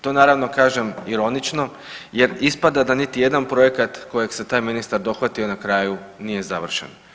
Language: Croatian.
To naravno kažem ironično jer ispada da niti jedan projekat kojega se taj ministar dohvatio na kraju nije završen.